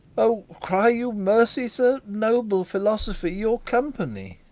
o, cry you mercy, sir noble philosopher, your company.